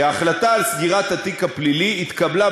כי ההחלטה על סגירת התיק הפלילי התקבלה,